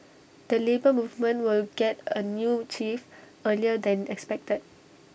the Labour Movement will get A new chief earlier than expected